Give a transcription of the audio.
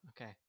Okay